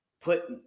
put